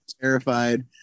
terrified